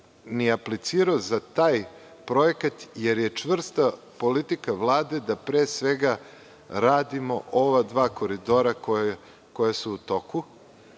ni aplicirao za taj projekat, jer je čvrsta politika Vlade da pre svega radimo ova dva koridora koja su u toku